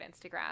Instagram